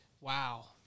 Wow